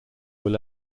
were